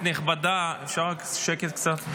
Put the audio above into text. נכבדה, אפשר רק קצת שקט?